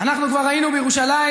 אנחנו כבר היינו בירושלים.